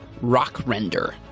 Rockrender